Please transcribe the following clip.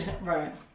Right